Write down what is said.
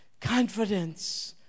Confidence